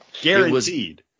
Guaranteed